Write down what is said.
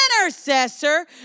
intercessor